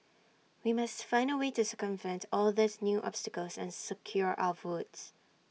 we must find A way to circumvent all these new obstacles and secure our votes